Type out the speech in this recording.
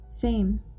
fame